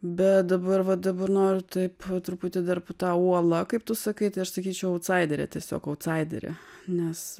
bet dabar va dabar noriu taip truputį dar ta uola kaip tu sakai tai aš sakyčiau autsaiderė tiesiog autsaiderė nes